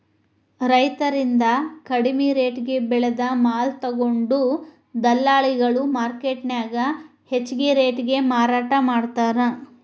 ರೈತರಿಂದ ಕಡಿಮಿ ರೆಟೇಗೆ ಬೆಳೆದ ಮಾಲ ತೊಗೊಂಡು ದಲ್ಲಾಳಿಗಳು ಮಾರ್ಕೆಟ್ನ್ಯಾಗ ಹೆಚ್ಚಿಗಿ ರೇಟಿಗೆ ಮಾರಾಟ ಮಾಡ್ತಾರ